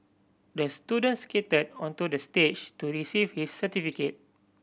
the student skated onto the stage to receive his certificate